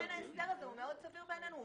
ההסדר הזה מאוד סביר בעינינו.